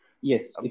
Yes